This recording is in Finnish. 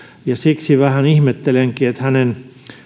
ja siksi vähän ihmettelenkin että hänen